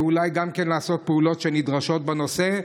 ואולי גם לעשות פעולות נדרשות בנושא.